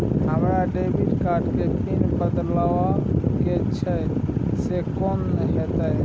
हमरा debit card के PIN बदलवा के छै से कोन होतै?